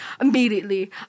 Immediately